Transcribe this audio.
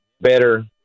better